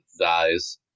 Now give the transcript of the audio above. dies